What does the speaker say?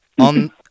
On